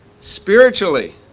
spiritually